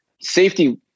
Safety